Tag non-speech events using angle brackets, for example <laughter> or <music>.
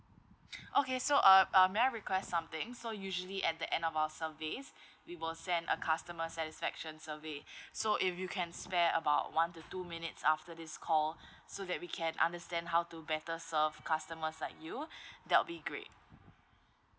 <breath> okay so uh um may I request something so usually at the end of our service <breath> we will send a customer satisfaction survey <breath> so if you can spare about one to two minutes after this call <breath> so that we can understand how to better serve customers like you <breath> that'll be great